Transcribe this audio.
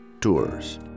Tours